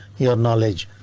your knowledge,